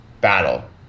battle